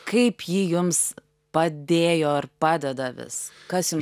kaip ji jums padėjo ar padeda vis kas jum